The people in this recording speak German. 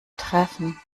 treffen